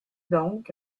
donc